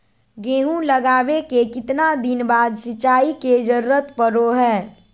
गेहूं लगावे के कितना दिन बाद सिंचाई के जरूरत पड़ो है?